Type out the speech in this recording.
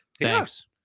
Thanks